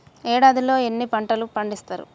ఏడాదిలో ఎన్ని పంటలు పండిత్తరు?